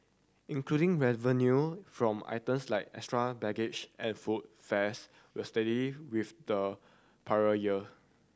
including revenue from items like extra baggage and food fares were steady with the prior year